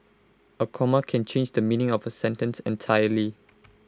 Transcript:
A comma can change the meaning of A sentence entirely